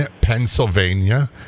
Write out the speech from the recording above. pennsylvania